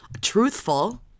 truthful